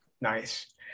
Nice